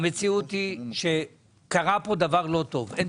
המציאות היא שאין תקציב.